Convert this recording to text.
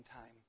time